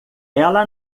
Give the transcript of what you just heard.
ela